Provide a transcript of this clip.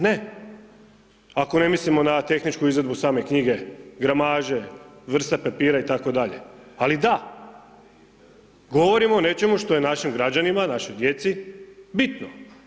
Ne, ako ne mislimo na tehničku izvedbu same knjige, gramaže, vrste papira itd., ali da, govorimo o nečemu što je našim građanima, našoj djeci bitno.